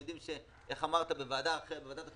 איך אמרת בוועדה אחרת, בוועדת החינוך?